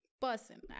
person